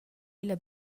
illa